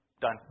Done